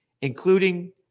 including